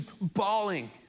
bawling